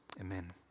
Amen